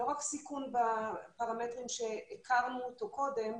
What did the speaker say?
לא רק סיכון בפרמטרים שהכרנו אותו קודם,